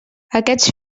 aquests